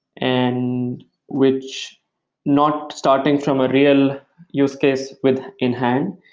and which not starting from a real use case with in hand,